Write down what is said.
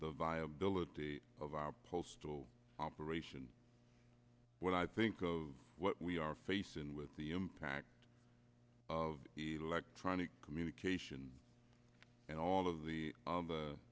the viability of our postal operations what i think of what we are facing with the impact of electronic communication and all of the